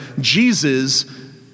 Jesus